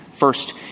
First